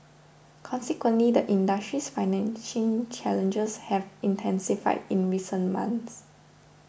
consequently the industry's financing challenges have intensified in recent months